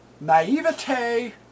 naivete